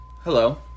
Hello